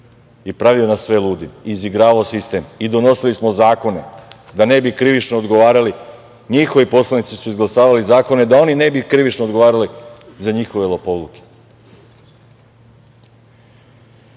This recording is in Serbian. i pravio nas sve ludim, izigravao sistem. I donosili smo zakone da ne bi krivično odgovarali, njihovi poslanici su izglasavali zakone da oni ne bi krivično odgovarali za njihove lopovluke. Kao